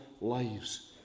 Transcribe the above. lives